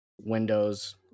Windows